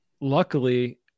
luckily